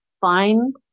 find